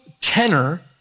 tenor